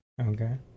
Okay